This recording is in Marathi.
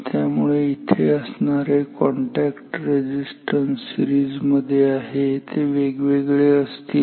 त्यामुळे येथे असणारे कॉन्टॅक्ट रेझिस्टन्स सीरिजमध्ये आहे ते वेगवेगळे असतील